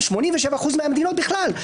87 אחוזים מה מהמדינות בכלל.